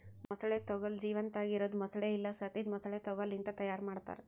ಮೊಸಳೆ ತೊಗೋಲ್ ಜೀವಂತಾಗಿ ಇರದ್ ಮೊಸಳೆ ಇಲ್ಲಾ ಸತ್ತಿದ್ ಮೊಸಳೆ ತೊಗೋಲ್ ಲಿಂತ್ ತೈಯಾರ್ ಮಾಡ್ತಾರ